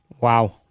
Wow